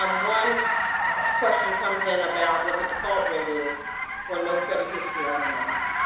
um one question comes in about what the default rate is for no-credit-history auto loans.